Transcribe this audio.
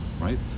right